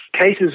cases